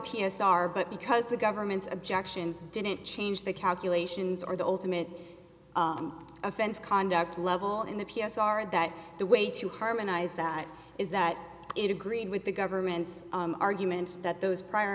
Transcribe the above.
s r but because the government's objections didn't change the calculations are the ultimate offense conduct level in the p s are that the way to harmonize that is that it agreed with the government's argument that those prior